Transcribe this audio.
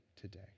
today